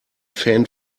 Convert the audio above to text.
fan